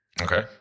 Okay